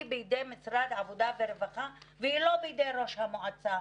היא בידי משרד העבודה והרווחה והיא לא בידי ראש המועצה.